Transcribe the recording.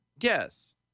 Yes